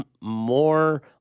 more